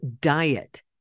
diet